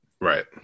right